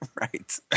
Right